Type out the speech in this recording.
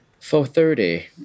Four-thirty